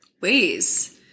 ways